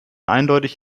eindeutig